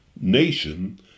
nation